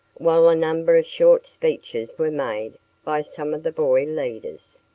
while a number of short speeches were made by some of the boy leaders,